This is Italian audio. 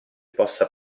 possa